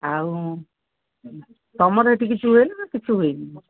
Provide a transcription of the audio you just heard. ଆଉ ତୁମର ଏଇଠି କିଛି ହୁଏ ନା କିଛି ହୁଏନି